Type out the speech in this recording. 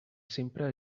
sempre